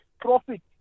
profit